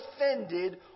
offended